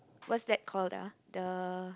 what's that called ah the